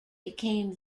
became